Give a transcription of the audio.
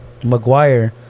McGuire